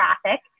traffic